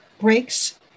breaks